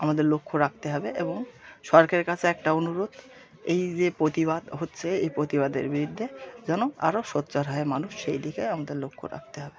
আমাদের লক্ষ্য রাখতে হবে এবং সরকারের কাছে একটা অনুরোধ এই যে প্রতিবাদ হচ্ছে এই প্রতিবাদের বিরুদ্ধে যেন আরো সোচ্চার হয় মানুষ সেই দিকে আমাদের লক্ষ্য রাখতে হবে